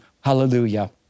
hallelujah